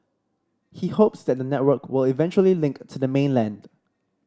he hopes that the network will eventually link to the mainland